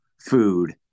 food